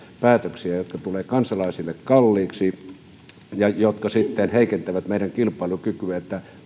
päätöksiä jotka tulevat kansalaisille kalliiksi ja jotka sitten heikentävät meidän kilpailukykyä